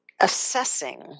assessing